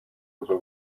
ubwo